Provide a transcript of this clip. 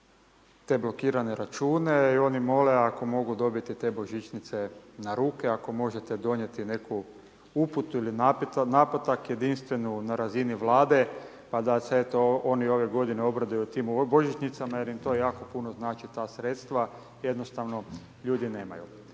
te blokirane račune, i oni mole ako mogu dobiti te božićnice na ruke, ako možete donijeti neku uputu ili naputak jedinstvenu na razini vlade, pa da se eto, oni ove g. obraduju tim božićnicama, jer mi to jako puno znači, ta sredstva jednostavno ljudi nemaju.